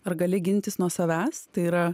ar gali gintis nuo savęs tai yra